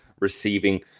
receiving